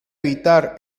evitar